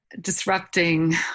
disrupting